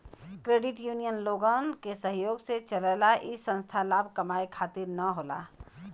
credit union लोगन के सहयोग से चलला इ संस्था लाभ कमाये खातिर न होला